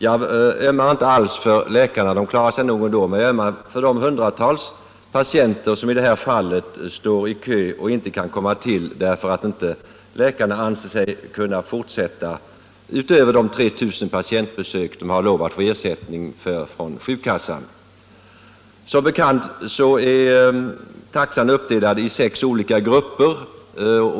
Jag ömmar inte alls för läkarna — de klarar sig nog ändå — men jag ömmar för de hundratals patienter som i detta fall står i kö och inte kan få hjälp därför att läkarna inte anser sig kunna fortsätta att ta emot patienter utöver de 3 000 patientbesök de får ersättning för från sjukkassan. Som bekant är taxan uppdelad i sex olika grupper.